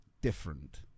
different